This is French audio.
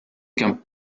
qu’un